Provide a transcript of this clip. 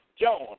John